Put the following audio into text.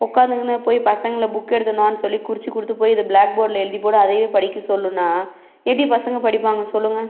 உக்காந்துக்குன்னு போய் பசங்களை புக்கெடுத்துன்னு வான்னு சொல்லி குறிச்சு கொடுத்து போய் இதை ப்ளாக் போர்டில் எழுதி போடு அதையே படிக்க சொல்லுன்னா எப்படி பசங்கள் படிப்பாங்க சொல்லுங்கள்